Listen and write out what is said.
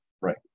Right